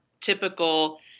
typical